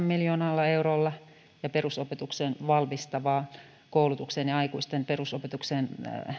miljoonalla eurolla sekä perusopetukseen valmistavan koulutuksen ja aikuisten perusopetuksen